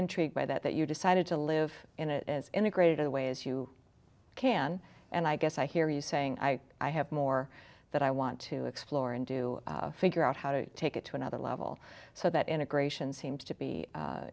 intrigued by that that you decided to live in it as integrated a way as you can and i guess i hear you saying i i have more that i want to explore and do figure out how to take it to another level so that integration seems to be